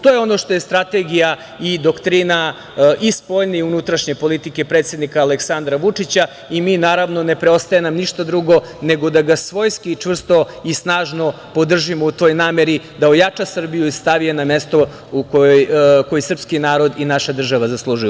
To je ono što je strategija i doktrina spoljne i unutrašnje politike predsednika Aleksandra Vučića i, naravno, ne preostaje nam ništa drugo nego da ga svojski, čvrsto i snažno podržimo u toj nameri da ojača Srbiju i stavi je na mesto koje srpski narod i naša država zaslužuju.